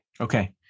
Okay